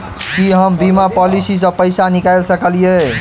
की हम बीमा पॉलिसी सऽ पैसा निकाल सकलिये?